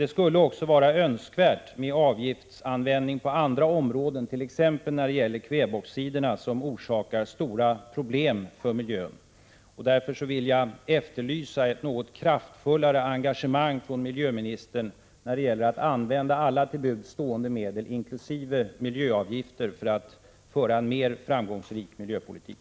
Det skulle vara önskvärt med avgiftsanvändning på andra områden, t.ex. när det gäller kväveoxider som förorsakar stora problem för miljön. Därför efterlyser jag ett något kraftfullare engagemang från miljöministern när det gäller att använda alla till buds stående medel, inkl. miljöavgifter, för att föra en mera framgångsrik miljöpolitik.